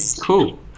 cool